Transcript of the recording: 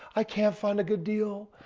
i can't find a good deal.